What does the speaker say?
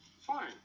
fine